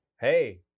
Hey